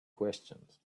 questions